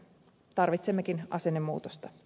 tarvitsemmekin asennemuutosta